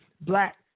black